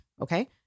okay